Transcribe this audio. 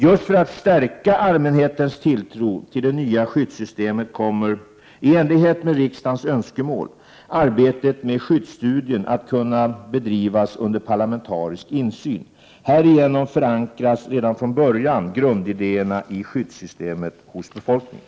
Just för att stärka allmänhetens tilltro till det nya skyddssystemet kommer — i enlighet med riksdagens önskemål — arbetet med skyddsstudien att bedrivas under parlamentarisk insyn. Härigenom förankras redan från början grundidéerna i skyddssystemet hos befolkningen.